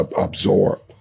absorb